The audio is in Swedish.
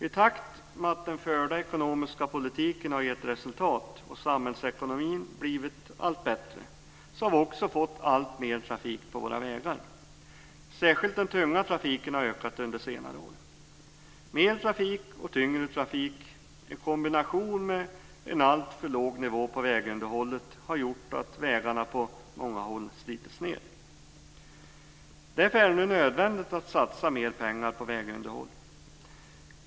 I takt med att den förda ekonomiska politiken har gett resultat och samhällsekonomin blivit allt bättre har vi också fått alltmer trafik på våra vägar. Särskilt den tunga trafiken har ökat under senare år. Mer trafik och tyngre trafik i kombination med en alltför låg nivå på vägunderhållet har gjort att vägarna på många håll har slitits ned. Därför är det nu nödvändigt att satsa mer pengar på vägunderhåll.